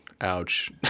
Ouch